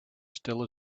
still